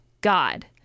God